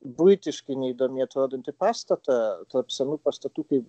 buitiškai neįdomiai atrodantį pastatą tarp senų pastatų kaip